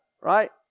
Right